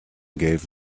gave